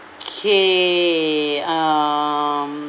okay um